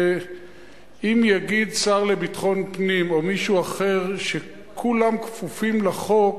אם יגיד השר לביטחון פנים או מישהו אחר שכולם כפופים לחוק,